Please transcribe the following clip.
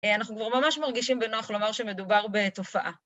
אנחנו כבר ממש מרגישים בנוח לומר שמדובר בתופעה.